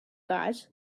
guys